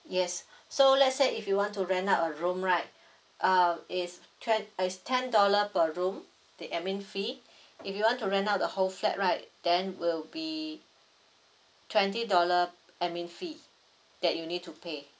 yes so let's say if you want to rent out a room right um is twen~ is ten dollar per room the admin fee if you want to rent out the whole flat right then will be twenty dollar admin fee that you need to pay